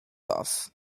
off